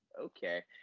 okay